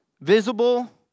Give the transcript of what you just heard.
visible